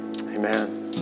Amen